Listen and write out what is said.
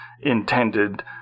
intended